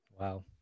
Wow